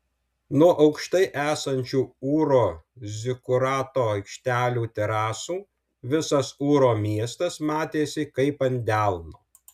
nuo aukštai esančių ūro zikurato aikštelių terasų visas ūro miestas matėsi kaip ant delno